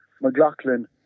McLaughlin